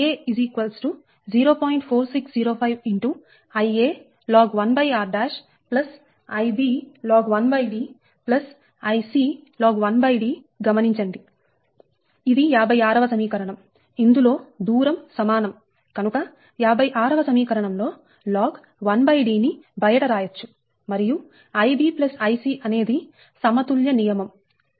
4605Ia log 1 r I b log 1D Ic log 1Dగమనించండి ఇది 56వ సమీకరణం ఇందులో దూరం సమానం కనుక 56 వ సమీకరణం లో log 1D ని బయట రాయచ్చు మరియు Ib Ic అనేది సమతుల్య నియమం